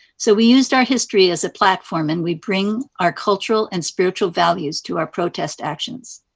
so we used our history as a platform, and we bring our cultural and spiritual values to our protest actions.